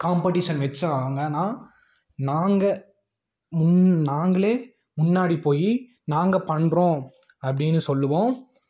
competition வைச்சாங்கனா நாங்கள் முன் நாங்களே முன்னாடி போய் நாங்கள் பண்ணுறோம் அப்படினு சொல்லுவோம்